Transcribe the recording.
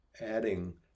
adding